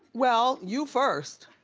well, you first.